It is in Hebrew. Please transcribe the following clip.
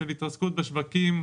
של התרסקות בשווקים,